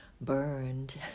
burned